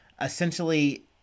essentially